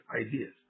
ideas